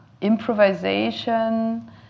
improvisation